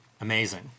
amazing